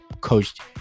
coached